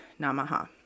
Namaha